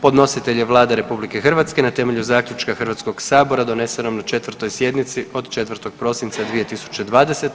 Podnositelj je Vlada RH na temelju Zaključka Hrvatskog sabora donesenom na 4. sjednici od 4. prosinca 2020.